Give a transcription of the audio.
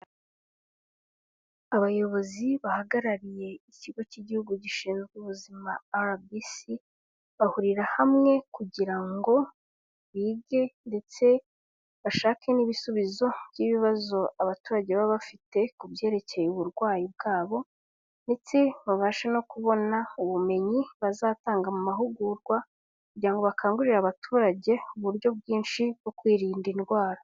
Abayobozi bahagarariye ikigo cy'igihugu gishinzwe ubuzima Arabisi, bahurira hamwe kugira ngo bige ndetse bashake n'ibisubizo by'ibibazo abaturage baba bafite ku byerekeye uburwayi bwabo ndetse babashe no kubona ubumenyi bazatanga mu mahugurwa kugira bakangurire abaturage uburyo bwinshi bwo kwirinda indwara.